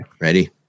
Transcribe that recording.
Ready